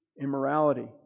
immorality